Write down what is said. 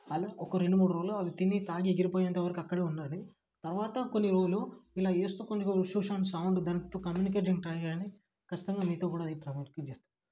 అలా ఒక రెండు మూడు రోజులు అవి తిని తాగి ఎగిరిపోయేంతవరకు అక్కడే ఉండాలి తర్వాత కొన్ని రోజులు ఇలా చేస్తూ కొన్ని రోజులు ఉష్ ఉష్ అని సౌండ్ దాంతో కమ్యూనికేటింగకి ట్రై చెయ్యండి ఖచ్చితంగా మీతో కూడా అది